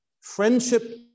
Friendship